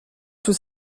tout